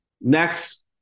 Next